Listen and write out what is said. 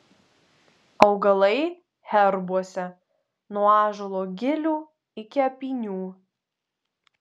augalai herbuose nuo ąžuolo gilių iki apynių